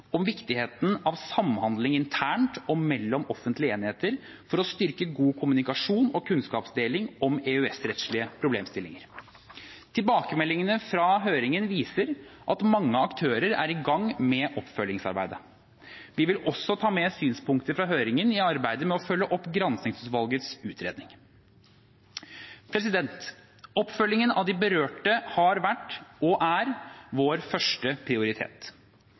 om viktigheten av samhandling internt og mellom offentlige enheter for å styrke god kommunikasjon og kunnskapsdeling om EØS-rettslige problemstillinger. Tilbakemeldingene fra høringen viser at mange aktører er i gang med oppfølgingsarbeidet. Vi vil også ta med synspunkter fra høringen i arbeidet med å følge opp granskingsutvalgets utredning. Oppfølgingen av de berørte har vært – og er – vår første prioritet.